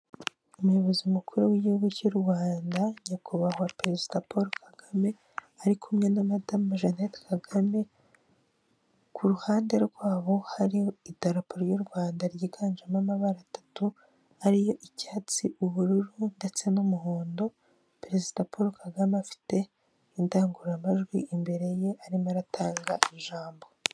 Urubuga rwitwa eni ero eyi cyangwa nashono landi otoriti, rwifashishwa muri repubulika y'u Rwanda, aho itanga ku buryo bwihuse amakuru y'ingenzi ku butaka.